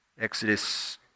Exodus